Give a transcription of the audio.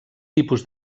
tipus